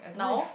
now